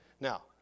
now